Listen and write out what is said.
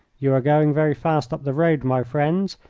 you are going very fast up the road, my friends,